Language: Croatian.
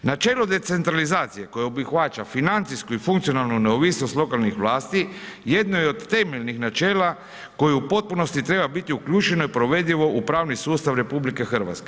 Načelo decentralizacije koje obuhvaća financijsku i funkcionalnu neovisnost lokalnih vlasti jedno je od temeljnih načela koju u potpunosti trebaju biti uključeno i provedivo u pravni sustav RH.